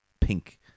pink